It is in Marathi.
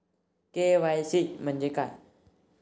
के.वाय.सी म्हंजे काय?